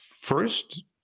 first